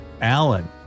Alan